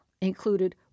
included